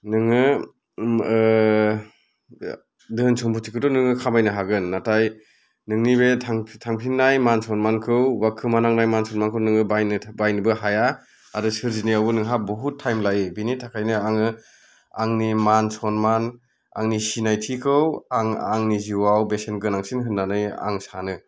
नोङो ओ धोन सम्फुथिखौथ' नों खामायनो हागोन नाथाय नोंनि बे थांफिननाय मान सनमानखौ बा खोमानांनाय मान सनमानखौ नोङो बायनोबो हाया आरो सोरजिनायावबो नोंहा बुहुथ टाइम लायो बेनि थाखायनो आङो आंनि मान सनमान आंनि सिनायथिखौ आं आंनि जिउआव बेसेन गोनांसिन होननानै आं सानो